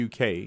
UK